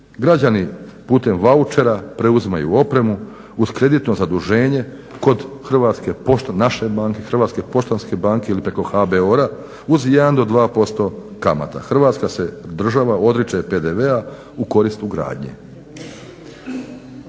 Građani putem vaučera preuzimaju opremu uz kreditno zaduženje kod Hrvatske poštanske banke, naše banke ili preko HBOR-a uz jedan do dva posto kamata. Hrvatska se država odriče PDV-a u korist ugradnje.